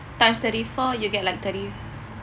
times thirty four you'll get like thirty